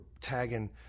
tagging